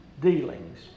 dealings